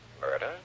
Murder